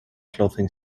clothing